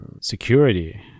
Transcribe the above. security